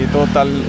total